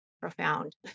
profound